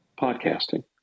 podcasting